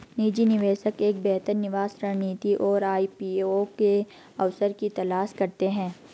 निजी निवेशक एक बेहतर निकास रणनीति और आई.पी.ओ के अवसर की तलाश करते हैं